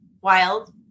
wild